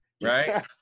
right